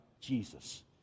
Jesus